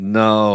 no